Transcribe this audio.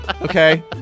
Okay